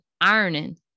ironing